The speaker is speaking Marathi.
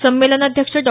संमेलनाध्यक्ष डॉ